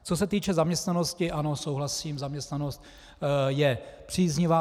Co se týká zaměstnanosti, ano, souhlasím, zaměstnanost je příznivá.